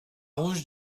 rouge